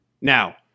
Now